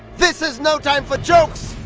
this is no time for jokes!